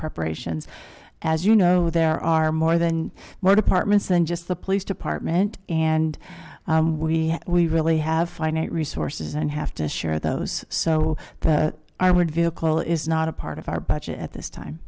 preparations as you know there are more than more departments than just the police department and we really have finite resources and have to share those so i would vehicle is not a part of our budget at this time